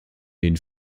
den